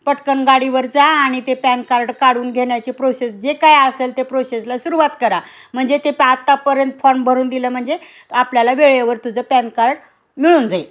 पटकन गाडीवर जा आणि ते पॅन कार्ड काढून घेण्याची प्रोसेस जे काय असेल ते प्रोसेसला सुरुवात करा म्हणजे ते पा आत्तापर्यंत फॉर्न भरून दिलं म्हणजे आपल्याला वेळेवर तुझं पॅन कार्ड मिळून जाईल